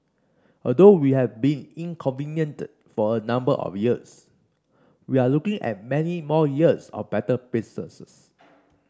although we have been for a number of years we are looking at many more years of better business